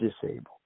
disabled